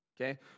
Okay